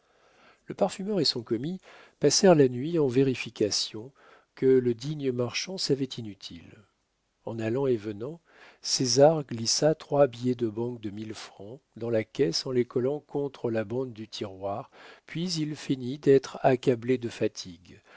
le parfumeur et son commis passèrent la nuit en vérifications que le digne marchand savait inutiles en allant et venant césar glissa trois billets de banque de mille francs dans la caisse en les collant contre la bande du tiroir puis il feignit d'être accablé de fatigue